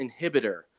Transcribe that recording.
inhibitor